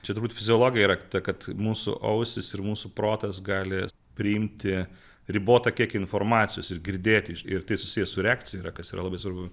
čia turbūt fiziologija yra kita kad mūsų ausys ir mūsų protas gali priimti ribotą kiekį informacijos ir girdėti ir tai susiję su reakcija yra kas yra labai svarbu